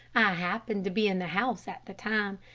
i happened to be in the house at the time.